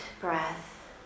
breath